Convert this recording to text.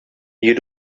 you